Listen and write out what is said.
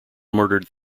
murdered